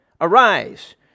Arise